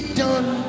done